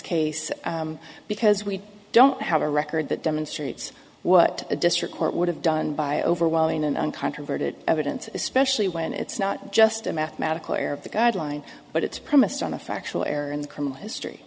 case because we don't have a record that demonstrates what a district court would have done by overwhelming and uncontroverted evidence especially when it's not just a mathematical error of the guideline but it's premised on a factual error in the criminal history